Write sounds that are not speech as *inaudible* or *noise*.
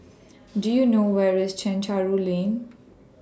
*noise* Do YOU know Where IS Chencharu Lane